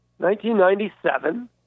1997